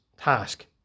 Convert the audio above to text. task